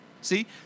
See